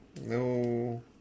No